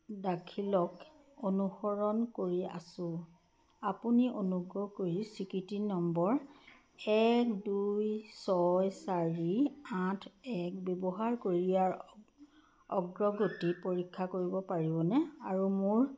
দাখিলক অনুসৰণ কৰি আছোঁ আপুনি অনুগ্ৰহ কৰি স্বীকৃতি নম্বৰ এক দুই ছয় চাৰি আঠ এক ব্যৱহাৰ কৰি ইয়াৰ অগ্ৰগতি পৰীক্ষা কৰিব পাৰিবনে আৰু মোৰ